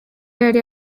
yari